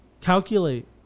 calculate